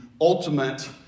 ultimate